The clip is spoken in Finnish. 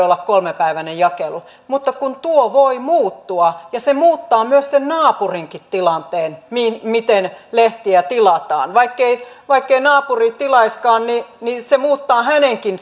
olla kolmepäiväinen jakelu mutta kun tuo voi muuttua ja se muuttaa sen naapurinkin tilanteen miten lehtiä tilataan vaikkei vaikkei naapuri tilaisikaan niin niin se muuttaa hänenkin